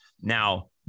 Now